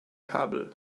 kabel